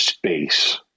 Space